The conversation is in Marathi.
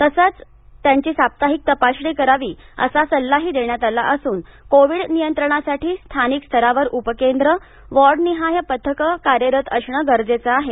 तसेच त्यांची साप्ताहिक तपासणी करावी असा सल्ला ही देण्यात आला असून कोविड नियंत्रणासाठी स्थानिक स्तरावर उपकेंद्र वॉर्डनिहाय पथके कार्यरत असणे गरजेचं आहे